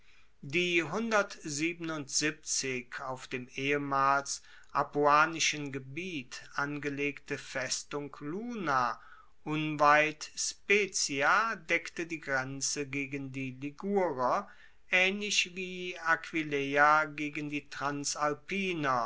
die auf dem ehemals apuanischen gebiet angelegte festung luna unweit spezzia deckte die grenze gegen die ligurer aehnlich wie aquileia gegen die transalpiner